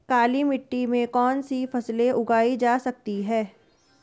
काली मिट्टी में कौनसी फसलें उगाई जा सकती हैं?